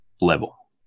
level